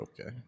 okay